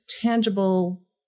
tangible